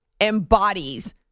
embodies